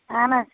اَہَن حظ